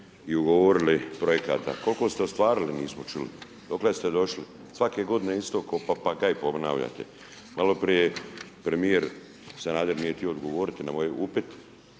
i ugovorili projekata. Koliko ste ostvarili, nismo čuli? Dokle ste došli? Svake godine isto, ko papagaj ponavljate. Maloprije premijer Sanader nije htio odgovoriti na ovaj upit